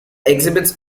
exhibits